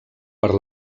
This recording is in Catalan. per